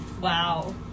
Wow